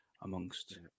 amongst